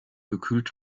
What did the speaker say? gekühlt